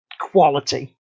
quality